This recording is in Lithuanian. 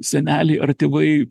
seneliai ar tėvai